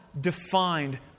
defined